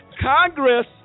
Congress